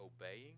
obeying